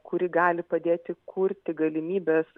kuri gali padėti kurti galimybes